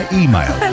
email